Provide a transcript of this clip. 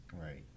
Right